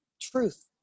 truth